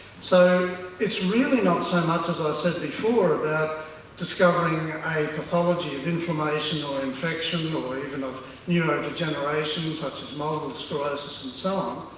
so it's really not so much as i said before about discovering a pathology inflammation or infection or even of neuro-degeneration and such as multiple sclerosis and so on,